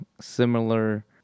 similar